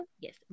Yes